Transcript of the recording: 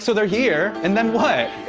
so they're here, and then what?